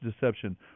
deception